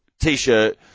T-shirt